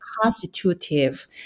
constitutive